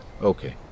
Okay